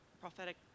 prophetic